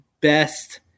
best